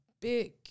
big